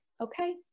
okay